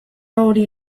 hori